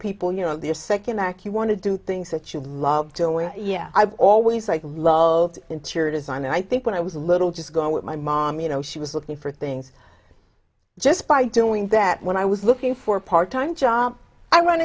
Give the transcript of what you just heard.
people you know their second back you want to do things that you loved doing yeah i've always liked loved interior design and i think when i was a little just going with my mom you know she was looking for things just by doing that when i was looking for part time job i